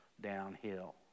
downhill